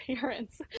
parents